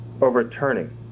overturning